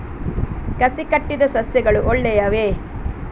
ಕಸಿ ಕಟ್ಟಿದ ಸಸ್ಯಗಳು ಒಳ್ಳೆಯವೇ?